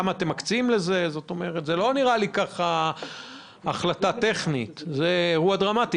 זה לא רק החלטה טכנית, זה אירוע דרמטי.